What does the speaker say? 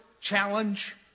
challenge